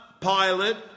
pilot